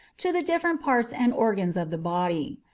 to the different parts and organs of the body.